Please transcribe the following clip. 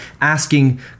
asking